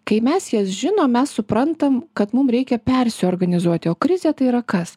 kai mes jas žinom mes suprantam kad mum reikia persiorganizuoti o krizė tai yra kas